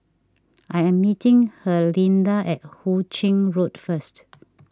I am meeting Herlinda at Hu Ching Road first